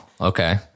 Okay